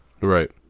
right